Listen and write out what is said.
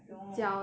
怎么